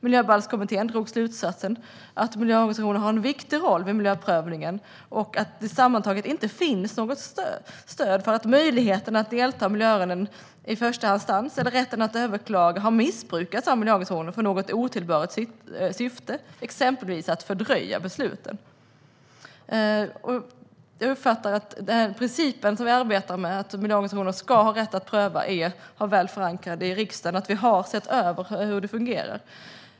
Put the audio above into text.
Miljöbalkskommittén drog slutsatsen att miljöorganisationer har en viktig roll i miljöprövningen och att det sammantaget inte finns något stöd för att möjligheten att delta i miljöärenden i första instans eller rätten att överklaga har missbrukats av miljöorganisationer i något otillbörligt syfte, exempelvis att fördröja besluten. Jag uppfattar att principen vi arbetar med, att miljöorganisationer ska ha rätt att överklaga, är väl förankrad i riksdagen. Vi har sett över hur det fungerar.